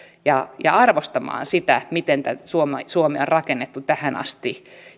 ja ja arvostamaan sitä miten tätä suomea on rakennettu tähän asti